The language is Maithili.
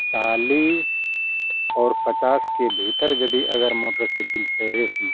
चालीस आओर पचासके भीतर यदि अगर मोटरसाइकिल छै रेसमे